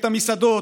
את המסעדות,